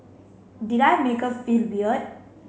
did I make her feel weird